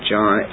John